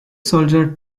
soldier